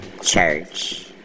church